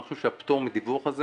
אני חושב שהפטור מדיווח הזה